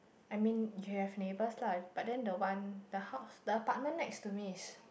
I mean you have neighbours lah but then the one the house the apartment next to me is